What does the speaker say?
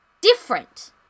different